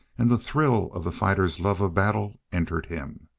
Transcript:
and the thrill of the fighter's love of battle entered him.